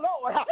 Lord